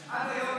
עד היום,